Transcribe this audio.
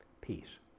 Peace